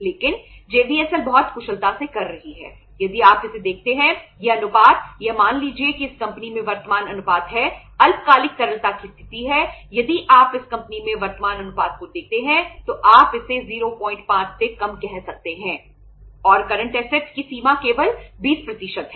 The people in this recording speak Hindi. लेकिन जे वी एस एल की सीमा केवल 20 है